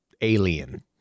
alien